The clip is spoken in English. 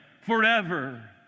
forever